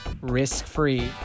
risk-free